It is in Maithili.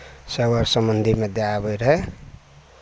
सगा सम्बन्धीमे दए आबैत रहै